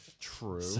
True